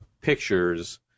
pictures